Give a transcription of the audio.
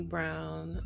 Brown